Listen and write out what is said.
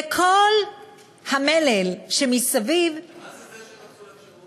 וכל המלל שמסביב, מה זה "זה שרצו לאפשר לו נסגר"?